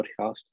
Podcast